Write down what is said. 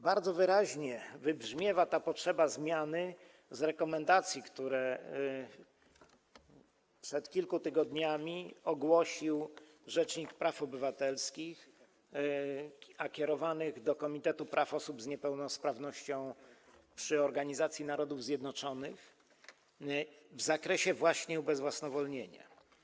Bardzo wyraźnie wybrzmiewa ta potrzeba zmiany w rekomendacjach, które przed kilku tygodniami ogłosił rzecznik praw obywatelskich, kierowanych do Komitetu Praw osób z Niepełnosprawnościami przy Organizacji Narodów Zjednoczonych, w zakresie właśnie ubezwłasnowolnienia.